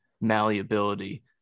malleability